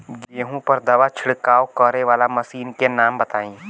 गेहूँ पर दवा छिड़काव करेवाला मशीनों के नाम बताई?